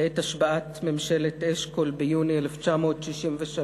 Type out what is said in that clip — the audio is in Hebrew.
בעת השבעת ממשלת אשכול ביוני 1963,